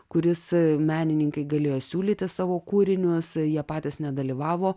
kuris menininkai galėjo siūlyti savo kūrinius jie patys nedalyvavo